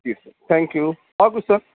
G sir thank you اور کچھ سر